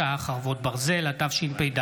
התשפ"ד